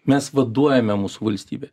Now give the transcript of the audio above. mes vaduojame mūsų valstybę